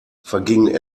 vergingen